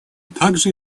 также